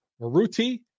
Maruti